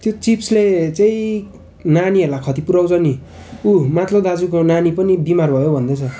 त्यो चिप्सले चाहिँ नानीहरूलाई खती पुऱ्याउँछ नि ऊ माथलो दाजुको नानी पनि बिमार भयो भन्दैछ